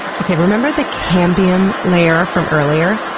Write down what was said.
okay, remember the cambium layer from earlier?